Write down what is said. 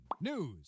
news